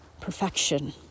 perfection